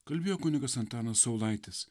kalbėjo kunigas antanas saulaitis